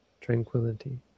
tranquility